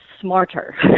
smarter